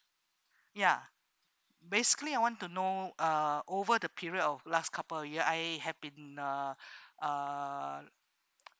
ya basically I want to know uh over the period of last couple of year I have been in uh uh